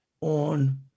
on